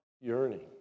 yearning